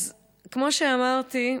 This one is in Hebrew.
אז כמו שאמרתי,